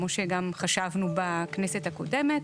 כמו שגם חשבנו בכנסת הקודמת.